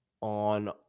on